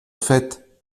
fait